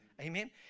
Amen